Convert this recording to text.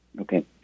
Okay